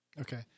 Okay